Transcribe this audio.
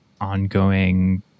ongoing